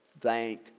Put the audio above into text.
Thank